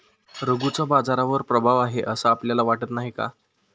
रघूचा बाजारावर प्रभाव आहे असं आपल्याला वाटत नाही का?